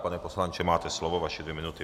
Pane poslanče, máte slovo, vaše dvě minuty.